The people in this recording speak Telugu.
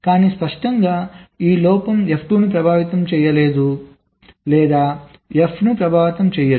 కాని స్పష్టంగా ఈ లోపం F2 ను ప్రభావితం చేయదు లేదా F ను ప్రభావితం చేయదు